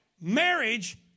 Marriage